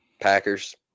Packers